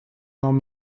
нам